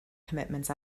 commitments